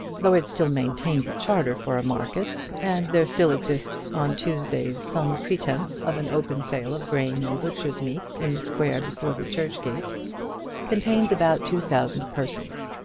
though it still maintains a charter for a market, and there still exists on tuesdays some pretence of an open sale of grain and butcher's meat in the square before the church-gate contains about two thousand persons.